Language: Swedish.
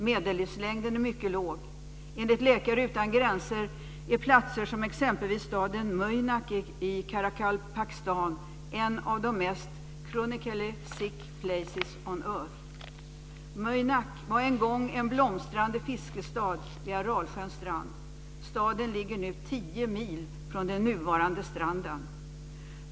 Medellivslängden är mycket låg. Enligt Läkare utan gränser är platser som exempelvis staden Muynak i Karakalpakstan en av de mest "chronically sick places on earth". Muynak var en gång en blomstrande fiskestad vid Aralsjöns strand. Staden ligger nu 10 mil från den nuvarande stranden.